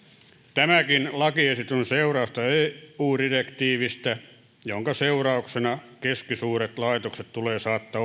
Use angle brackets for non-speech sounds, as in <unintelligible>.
tämäkin lakiesitys on seurausta eu direktiivistä jonka seurauksena keskisuuret laitokset tulee saattaa <unintelligible>